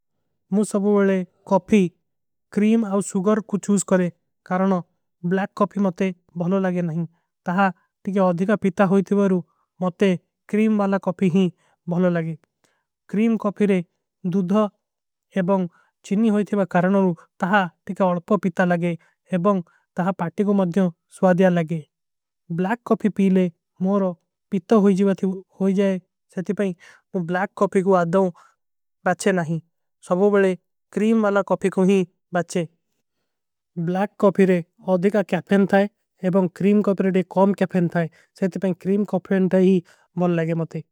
ମୁଝେ ସବୋଲେ coffee cream ଔର ସୁଗର କୋ ଚୂଜ କରେଂ କାରଣ ବ୍ଲାକ କୋଫୀ। ମତେ ବହଲୋ ଲଗେ ନହୀଂ ତହାଂ ତିକ୍କେ ଅଧିକା ପୀତା ହୋଈ ଥେଵାରୂ ମତେ କ୍ରୀମ। ଵାଲା କୋଫୀ ହୀ ବହଲୋ ଲଗେ। କ୍ରୀମ କୋଫୀ ରେଂ ଦୂଧ ଏବଂଗ ଚିନ୍ନୀ ହୋଈ ଥେଵାରୂ। କରଣ ଔର ତହାଂ ତିକ୍କେ ଅଧିକା ପୀତା ଲଗେ ଏବଂଗ ତହାଂ ପାଟୀ କୋ ମଦ୍ଯୋଂ। ସ୍ଵାଧିଯା ଲଗେ ବ୍ଲାକ କୋଫୀ ପୀଲେ ମୋରୋ ପୀତା ହୋଈ ଜୀଵା ଥେଵାରୂ ହୋଈ ଜାଏ। ସେତି ପୈଂଗ ମୁଝେ ବ୍ଲାକ କୋଫୀ କୋ ଅଧିକା ବାଚେ ନହୀଂ ସବୋ ବଡେ କ୍ରୀମ ଵାଲା। କୋଫୀ କୋ ହୀ ବାଚେ ବ୍ଲାକ କୋଫୀ ରେ ଅଧିକା କୈଫେନ ଥାଈ ଏବଂଗ କ୍ରୀମ। କୋଫୀ ରେ କୌମ କୈଫେନ ଥାଈ ସେତି ପୈଂଗ କ୍ରୀମ କୋଫୀ ରେ ଥାଈ ମୁଝେ ଲଗେ ମତେ।